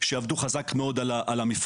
שעבדו חזק מאוד על המפרטים,